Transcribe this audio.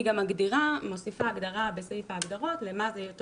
היא גם מוסיפה הגדרה בסעיף ההגדרות מה זה אותו